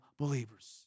believers